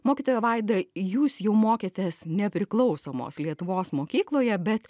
mokytoja vaida jūs jau mokėtės nepriklausomos lietuvos mokykloje bet